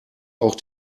auch